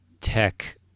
tech